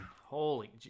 holy